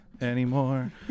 Anymore